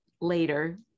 later